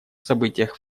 событиях